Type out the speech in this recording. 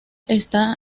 está